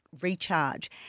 recharge